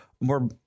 more